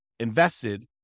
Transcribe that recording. invested